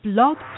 Blog